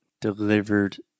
delivered